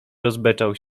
rozbeczał